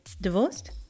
Divorced